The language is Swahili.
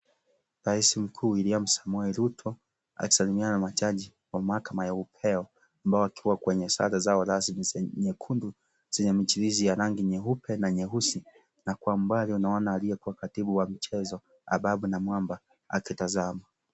Rais mkuu William Samoei Ruto, akisalimiana na majaji wa mahakama ya upeo ambao wakiwa kwenye sare zao rasmi nyekundu zenye michirizi ya rangi nyeupe na nyeusi na kwa mbali unaona aliyekuwa katibu wa michezo Abab na Mwamba akitazama.